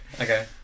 Okay